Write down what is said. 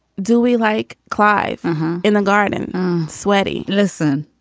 do we like clive in the garden sweaty. listen.